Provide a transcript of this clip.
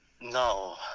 no